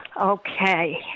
Okay